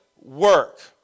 work